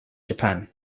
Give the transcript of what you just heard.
japan